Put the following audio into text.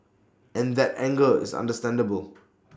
and that anger is understandable